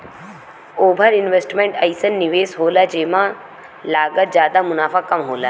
over investment अइसन निवेस होला जेमे लागत जादा मुनाफ़ा कम होला